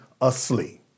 asleep